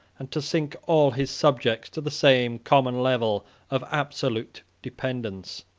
and to sink all his subjects to the same common level of absolute dependence.